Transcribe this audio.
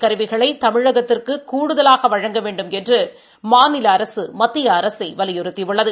கருவிகளை தமிழகத்திற்கு கூடுதலாக வழங்க வேண்டுமென்று மாநில அரசு மத்திய அரசை வலியுறுத்தியுள்ளது